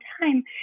time